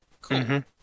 Cool